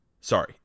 Sorry